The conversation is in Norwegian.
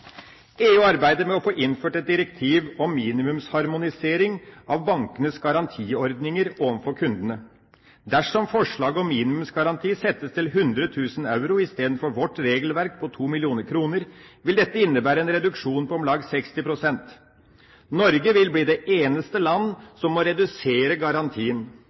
EU arbeider med å få innført et direktiv om minimumsharmonisering av bankenes garantiordninger overfor kundene. Dersom minimumsgarantien settes til 100 000 euro istedenfor vårt regelverk på 2 mill. kr, vil dette innebære en reduksjon på om lag 60 pst. Norge vil bli det eneste land som må redusere garantien.